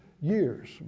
years